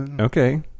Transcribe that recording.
okay